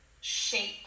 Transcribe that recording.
shape